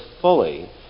fully